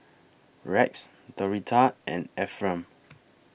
Rex Doretha and Ephriam